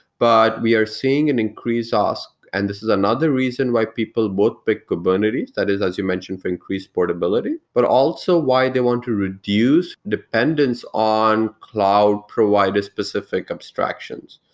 but we are seeing an increase ask, and this is another reason why people both pick kubernetes, that is, as you mentioned, for increased portability, but also why they want to reduce dependence on cloud provider-specific obstructions.